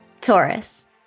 Taurus